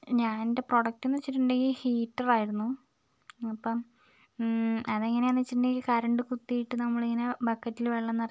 ഞാൻ എൻ്റെ പ്രോഡക്ട് എന്നു വച്ചിട്ടുണ്ടെങ്കിൽ ഹീറ്റർ ആയിരുന്നു അപ്പം അതെങ്ങനെയാണ് വച്ചിട്ടുണ്ടെങ്കിൽ കരണ്ട് കുത്തിയിട്ട് നമ്മളിങ്ങനെ ബക്കറ്റിൽ വെള്ളം നിറച്ച്